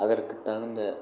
அதற்கு தகுந்த